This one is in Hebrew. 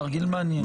זה תרגיל מעניין.